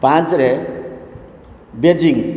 ପାଞ୍ଚ୍ରେ Beijing